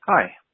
Hi